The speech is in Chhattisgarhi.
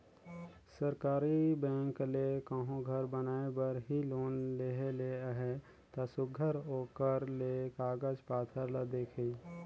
सरकारी बेंक ले कहों घर बनाए बर ही लोन लेहे ले अहे ता सुग्घर ओकर ले कागज पाथर ल देखही